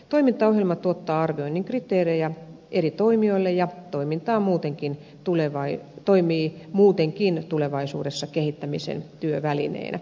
toimintaohjelma tuottaa arvioinnin kriteerejä eri toimijoille ja toimii muutenkin tulevaisuudessa kehittämisen työvälineenä